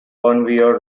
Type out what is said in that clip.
conveyor